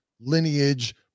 lineage